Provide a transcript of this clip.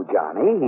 Johnny